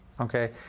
Okay